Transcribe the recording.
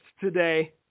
today